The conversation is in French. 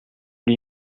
lui